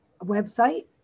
website